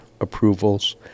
approvals